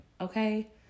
Okay